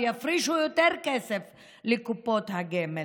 ויפרישו יותר כסף לקופות הגמל,